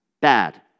Bad